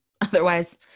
Otherwise